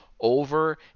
over